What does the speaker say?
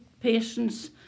patients